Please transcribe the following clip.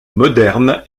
modernes